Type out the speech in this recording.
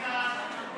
נא להירגע.